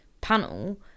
panel